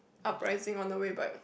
Uprising on the way but